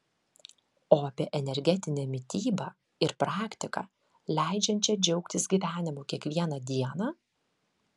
o apie energetinę mitybą ir praktiką leidžiančią džiaugtis gyvenimu kiekvieną dieną